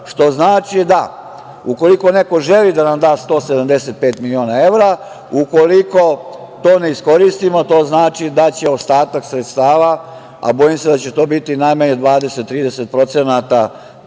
što znači da ukoliko neko želi da nam da 175 miliona evra, ukoliko ne iskoristimo to znači da će ostatak sredstava, a bojim se da će to biti najmanje 20%, 30% tog novca,